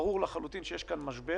ברור לחלוטין שיש כאן משבר